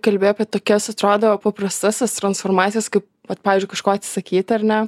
kalbi apie tokias atrodo paprastas tas transformacijas kaip vat pavyzdžiui kažko atsisakyti ar ne